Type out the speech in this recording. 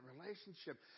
relationship